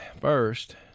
first